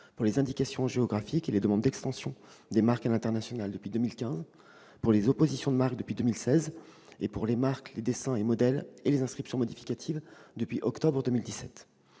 pour les indications géographiques et les demandes d'extension des marques à l'international depuis 2015, pour les oppositions de marques depuis 2016 et pour les marques, les dessins et modèles et les inscriptions modificatives depuis octobre 2017.